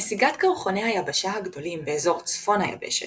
נסיגת קרחוני היבשה הגדולים באזור צפון היבשת,